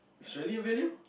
is really a value